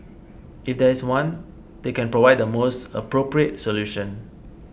if there is one they can provide the most appropriate solution